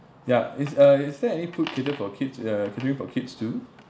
ya is uh is there any food catered for kids ya I could do for kids to